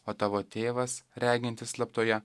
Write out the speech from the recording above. o tavo tėvas regintis slaptoje